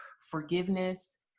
forgiveness